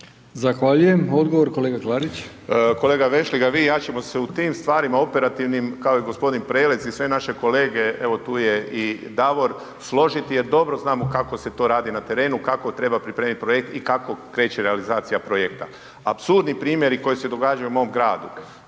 Zahvaljujem. Odgovor kolega Klarić. **Klarić, Tomislav (HDZ)** Kolega Vešligaj, …/Govornik se ne razumije/…u tim stvarima operativnim, kao i g. Prelec i sve naše kolege, evo tu je i Davor, složiti jer dobro znamo kako se to radi na terenu, kako treba pripremit projekt i kako kreće realizacija projekta. Apsurdni primjeri koji se događaju u mom gradu